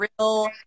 real